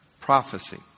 prophecy